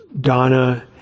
Donna